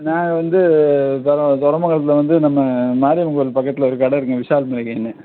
நாங்கள் வந்து துர துரமங்கலத்துல வந்து நம்ம மாரியம்மன் கோயில் பக்கத்தில் ஒரு கடை இருக்குது விஷால் மேக்கிங்னு